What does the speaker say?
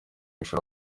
ishuri